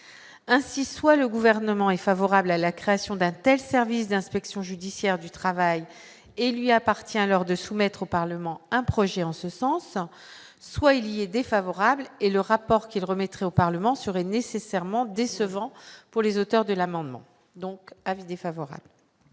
ainsi soit le gouvernement est favorable à la création d'service d'inspection judiciaire du travail et il lui appartient alors de soumettre au Parlement un projet en ce sens en swahili est défavorable et le rapport qu'il remettra au Parlement serait nécessairement décevant pour les auteurs de l'amendement, donc avis défavorable.